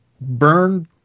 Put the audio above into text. burned